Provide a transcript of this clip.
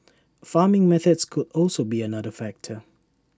farming methods could also be another factor